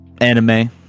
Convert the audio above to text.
anime